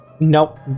Nope